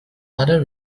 other